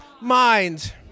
mind